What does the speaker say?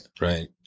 right